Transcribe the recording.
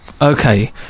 Okay